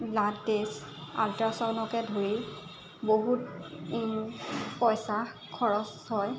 blood test আল্ট্ৰাচাউণ্ডকে ধৰি বহুত পইচা খৰচ হয়